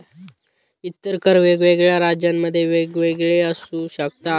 इतर कर वेगवेगळ्या राज्यांमध्ये वेगवेगळे असू शकतात